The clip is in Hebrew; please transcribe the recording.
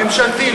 הממשלתי,